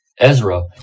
Ezra